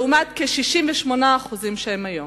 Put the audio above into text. לעומת כ-68% היום.